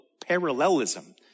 parallelism